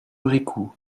bricout